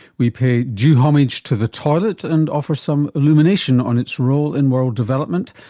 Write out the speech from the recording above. we pay due homage to the toilet and offer some illumination on its role in world development.